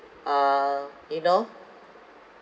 uh you know